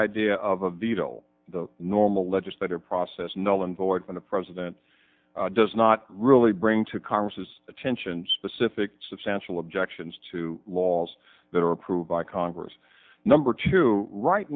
idea of a veto the normal legislative process null and void for the president does not really bring to congress attention specific substantial objections to laws that are approved by congress number two right